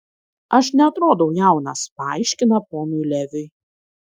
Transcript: aš neatrodau jaunas paaiškina ponui leviui